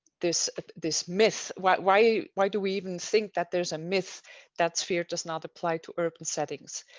this this myth? why why why do we even think that there's a myth that sphere does not apply to urban settings?